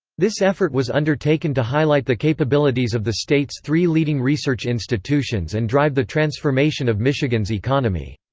this effort was undertaken to highlight the capabilities of the state's three leading research institutions and drive the transformation of michigan's economy.